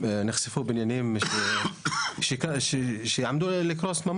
שנחשפו בניינים שממש עמדו לקרוס.